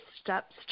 steps